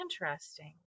interesting